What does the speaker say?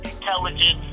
intelligence